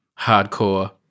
hardcore